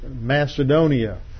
Macedonia